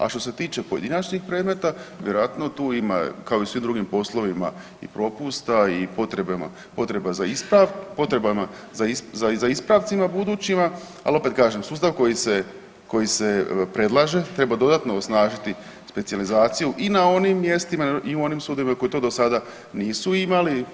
A što se tiče pojedinačnih predmeta vjerojatno tu ima kao i u svim drugim poslovima i propusta i potreba za, potrebama za ispravcima budućima ali opet kažem sustav koji se predlaže treba dodatno osnažiti specijalizaciju i na onim mjestima i u onim sudovima koji to do sada nisu imali.